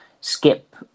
skip